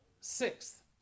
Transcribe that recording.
Sixth